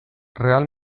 real